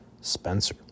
Spencer